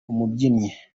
umubyinnyi